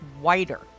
whiter